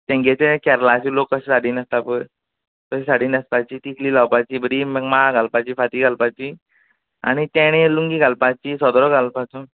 तेंगे ते केरळाचे लोक कशे साडी न्हेसता पळय तशी साडी न्हेसपाची तिकली लावपाची बरी मागीर माळ घालपाची फांती घालपाची आनी तेणें लुंगी घालपाची सोदरो घालपाचो